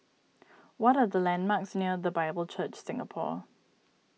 what are the landmarks near the Bible Church Singapore